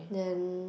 then